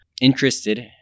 interested